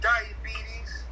Diabetes